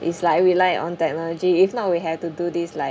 is like rely on technology if not we had to do this like